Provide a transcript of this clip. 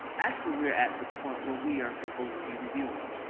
actually, we're at the point where we are supposed to be reviewing.